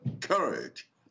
courage